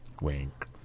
Wink